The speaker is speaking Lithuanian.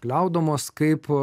gliaudomos kaip